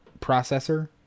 processor